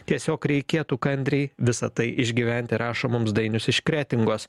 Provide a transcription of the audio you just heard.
tiesiog reikėtų kantriai visa tai išgyventi rašo mums dainius iš kretingos